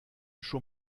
schon